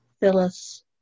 Phyllis